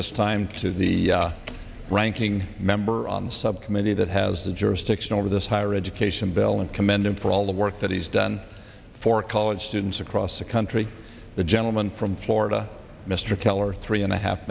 this time to the ranking member on the subcommittee that has the jurisdiction over this higher education bill and commend him for all the work that he's done for college students across the country the gentleman from florida mr keller three and a half